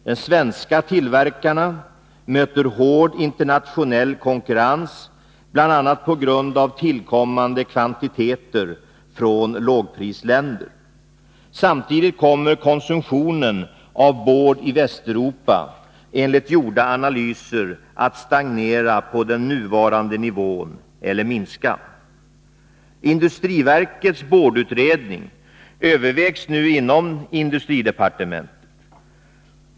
De svenska tillverkarna möter hård internationell konkurrens bl.a. på grund av tillkommande kvantiteter från lågprisländer. Samtidigt kommer konsumtionen av board i Västeruropa enligt gjorda analyser att stagnera på den nuvarande nivån eller minska. Industriverkets boardutredning övervägs nu inom industridepartementet.